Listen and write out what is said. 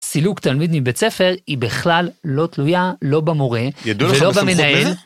סילוק תלמיד מבית ספר היא בכלל לא תלויה, לא במורה, ידוע לך בסמכות מי זה? ולא במנהל.